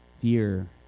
fear